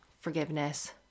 forgiveness